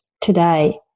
today